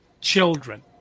children